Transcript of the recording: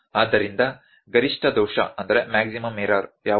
ಆದ್ದರಿಂದ ಗರಿಷ್ಠ ದೋಷ ಯಾವುದು